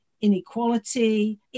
inequality